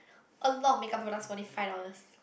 a lot of make up products for only five dollars